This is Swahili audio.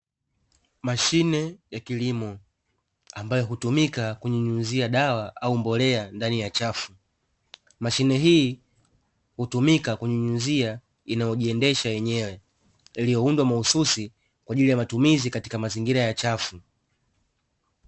Mashine ya kilimo ambayo hutumika kunyunyuzia dawa au mbolea ndani ya chafu. Mashine hii hutumika kunyunyuzia inayojiendesha yenyewe, ilioundwa mahususi kwa ajili ya matumizi katika mazingira ya chafu.